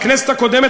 בכנסת הקודמת,